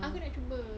aku nak cuba